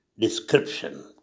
description